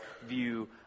view